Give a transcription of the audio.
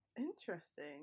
interesting